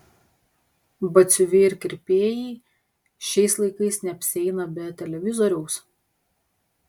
batsiuviai ir kirpėjai šiais laikais neapsieina be televizoriaus